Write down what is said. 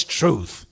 truth